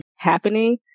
happening